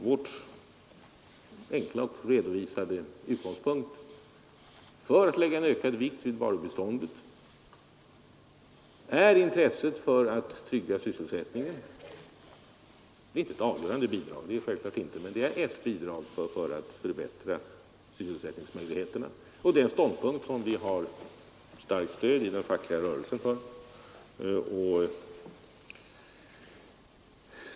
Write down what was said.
Vår enkla och väl redovisade utgångspunkt för att lägga ökad vikt vid varubiståndet är intresset att trygga sysselsättningen. Självfallet blir den inte avgörande, men den är ett bidrag till att förbättra sysselsätt ningsmöjligheterna. Och det är en ståndpunkt som har starkt stöd i den fackliga rörelsen.